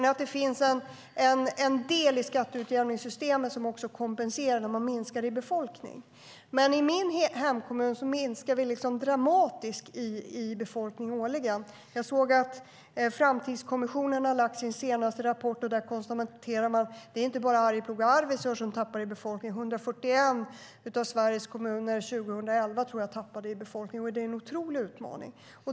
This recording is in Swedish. Det finns en del i skatteutjämningssystemet som kompenserar när befolkningen minskar, men i min hemkommun minskar befolkningen dramatiskt årligen. Jag såg att Framtidskommissionen har lagt fram sin senaste rapport och där konstaterar att det inte bara är Arjeplog och Arvidsjaur som tappar i befolkning. Av Sveriges kommuner tappade 141 kommuner i befolkning 2011, och det är en otrolig utmaning.